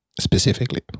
specifically